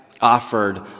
offered